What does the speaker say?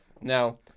Now